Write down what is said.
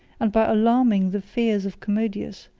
and by alarming the fears of commodus,